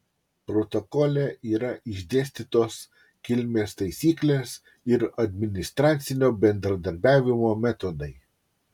protokole yra išdėstytos kilmės taisyklės ir administracinio bendradarbiavimo metodai